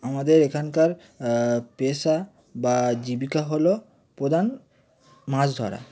আমাদের এখানকার পেশা বা জীবিকা হল প্রধান মাছ ধরা